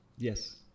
Yes